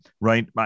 Right